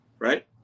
Right